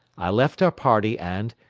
i left our party and,